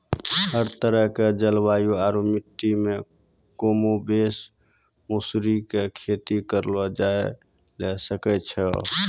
हर तरह के जलवायु आरो मिट्टी मॅ कमोबेश मौसरी के खेती करलो जाय ल सकै छॅ